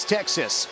Texas